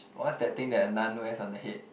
what's that thing that a nun wears on the head